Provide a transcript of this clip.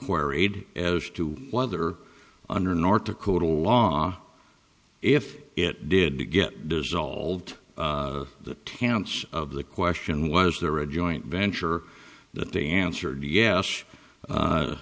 worried as to whether under north dakota law if it did to get dissolved the towns of the question was there a joint venture that they answered yes